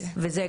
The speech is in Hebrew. הרווחה.